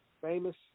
famous